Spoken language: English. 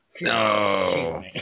No